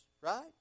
right